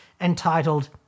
entitled